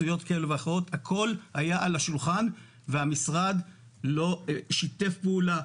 הכול היה על השולחן והמשרד שיתף פעולה,